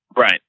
right